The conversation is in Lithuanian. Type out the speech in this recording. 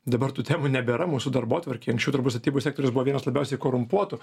dabar tų temų nebėra mūsų darbotvarkėje anksčiau turbūt statybų sektorius buvo vienas labiausiai korumpuotų